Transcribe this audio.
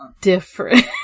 different